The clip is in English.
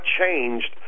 changed